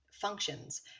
functions